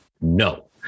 no